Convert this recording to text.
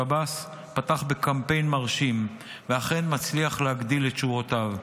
שב"ס פתח בקמפיין מרשים ואכן מצליח להגדיל את שורותיו,